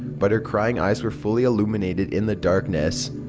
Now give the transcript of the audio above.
but her crying eyes were fully illuminated in the darkness.